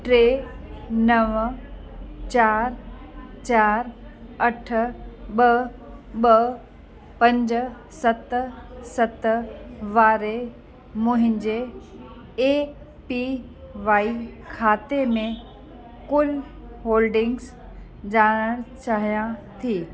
टे नव चारि चारि अठ ॿ ॿ पंज सत सत वारे मुंहिंजे ए पी वाई खाते में कुल होल्डिंग्स ॼाणणु चाहियां थी